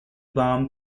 bomb